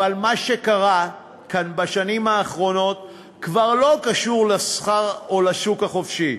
אבל מה שקרה כאן בשנים האחרונות כבר לא קשור לשכר או לשוק החופשי.